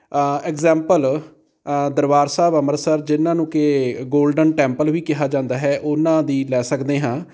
example Darbar Sahib Amritsar ਜਿਨ੍ਹਾਂ ਨੂੰ ਕਿ ਗੋਲਡਨ ਟੈਂਪਲ ਵੀ ਕਿਹਾ ਜਾਂਦਾ ਹੈ ਉਹਨਾਂ ਦੀ ਲੈ ਸਕਦੇ ਹਾਂ